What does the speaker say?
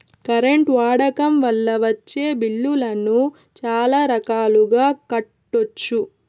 current వాడకం వల్ల వచ్చే బిల్లులను చాలా రకాలుగా కట్టొచ్చు